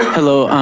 hello,